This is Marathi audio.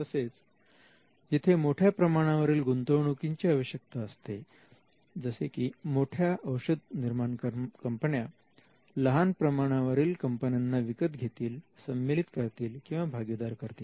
तसेच जिथे मोठ्या प्रमाणावरील गुंतवणुकीची आवश्यकता असते जसे की मोठ्या औषध निर्माण कंपन्या लहान प्रमाणावरील कंपन्यांना विकत घेतील सम्मिलित करतील किंवा भागीदार करतील